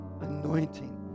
anointing